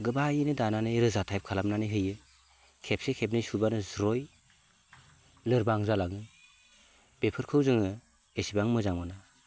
गोबायैनो दानानै रोजा टाइप खालामनानै होयो खेबसे खेबनै सुबानो ज्रय लोरबां जालाङो बेफोरखौ जोङो एसेबां मोजां मोना